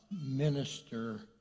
minister